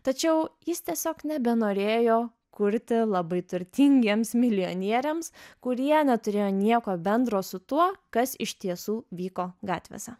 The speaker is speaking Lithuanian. tačiau jis tiesiog nebenorėjo kurti labai turtingiems milijonieriams kurie neturėjo nieko bendro su tuo kas iš tiesų vyko gatvėse